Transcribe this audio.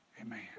Amen